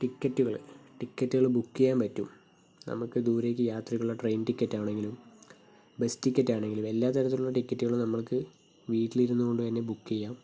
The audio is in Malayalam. ടിക്കറ്റുകള് ടിക്കറ്റുകള് ബുക്ക് ചെയ്യാൻ പറ്റും നമുക്ക് ദൂരേയ്ക്ക് യാത്രയ്ക്കുള്ള ട്രെയിൻ ടിക്കറ്റ് ആണെങ്കിലും ബസ് ടിക്കറ്റ് ആണെങ്കിലും എല്ലാ തരത്തിലുള്ള ടിക്കറ്റുകളും നമ്മൾക്ക് വീട്ടിലിരുന്നുകൊണ്ടുതന്നെ ബുക്ക് ചെയ്യാം